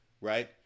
right